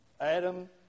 Adam